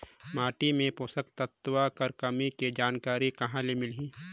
माटी मे पोषक तत्व कर कमी के जानकारी कहां ले मिलही?